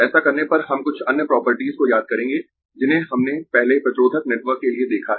ऐसा करने पर हम कुछ अन्य प्रॉपर्टीज को याद करेंगें जिन्हें हमने पहले प्रतिरोधक नेटवर्क के लिए देखा है